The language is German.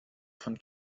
von